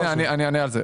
הנה, הנה, אני אענה על זה.